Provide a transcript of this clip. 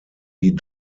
die